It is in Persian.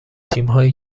تیمهایی